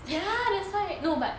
ya that's why no but